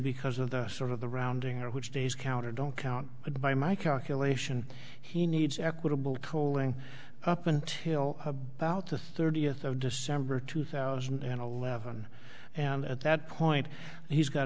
because of the sort of the rounding error which days counted don't count it by my calculation he needs equitable coaling up until about the thirtieth of december two thousand and eleven and at that point he's got